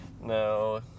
No